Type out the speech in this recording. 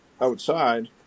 outside